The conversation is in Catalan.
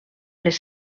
les